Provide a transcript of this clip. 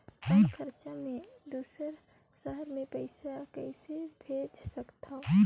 कम खरचा मे दुसर शहर मे पईसा कइसे भेज सकथव?